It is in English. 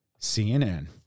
CNN